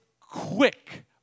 quick